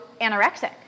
anorexic